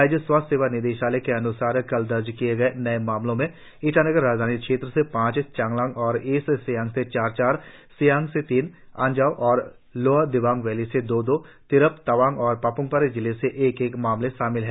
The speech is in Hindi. राज्य स्वास्थ्य सेवा निदेशालय के अन्सार कल दर्ज किए गए नए मामलों में ईटानगर राजधानी क्षेत्र से पांच चांगलांग और ईस्ट सियांग से चार चार सियांग से तीन अंजाव और लोअर दिबांग वैली से दो दो तिरप तवांग और पाप्मपारे जिले से एक एक मामले शामिल हैं